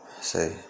Say